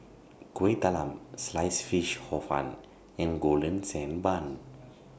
Kuih Talam Sliced Fish Hor Fun and Golden Sand Bun